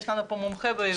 יש לנו פה מומחה בעברית.